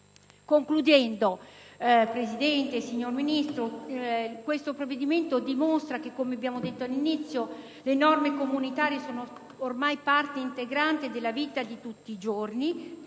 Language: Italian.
Concludendo, signora Presidente, Ministro, questo provvedimento dimostra che, come abbiamo detto all'inizio, le norme comunitarie sono ormai parte integrante della vita di tutti i giorni